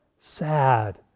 sad